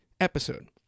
episode